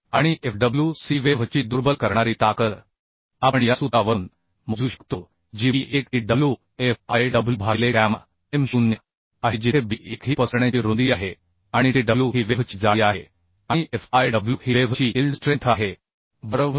आणि Fwc wave ची दुर्बल करणारी ताकद आपण या सूत्रावरून मोजू शकतो जी b1TwFiw भागिले गॅमा m0 आहे जिथे b1 ही पसरण्याची रुंदी आहे आणि Tw ही वेव्ह ची जाडी आहे आणि Fiw ही वेव्ह ची ild इल्ड स्ट्रेंथ आहे बरोबर